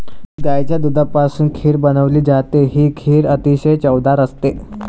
गाईच्या दुधापासून खीर बनवली जाते, ही खीर अतिशय चवदार असते